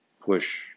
push